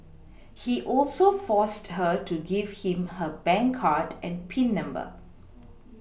he also forced her to give him her bank card and Pin number